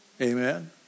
Amen